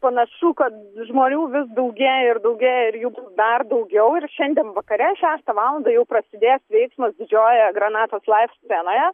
panašu kad žmonių vis daugėja ir daugėja ir jų dar daugiau ir šiandien vakare šeštą valandą jau prasidės veiksmas didžiojoje granatos laif scenoje